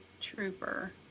trooper